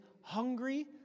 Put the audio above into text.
hungry